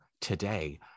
today